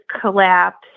collapse